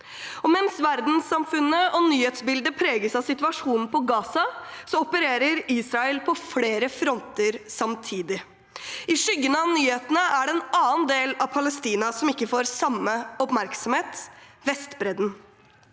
Mens verdenssamfunnet og nyhetsbildet preges av situasjonen på Gaza, opererer Israel på flere fronter samtidig. I skyggen av nyhetene er det en annen del av Palestina som ikke får samme oppmerksomhet: Vestbredden.